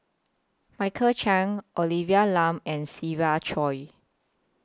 Michael Chiang Olivia Lum and Siva Choy